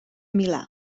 milà